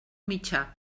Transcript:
mitjà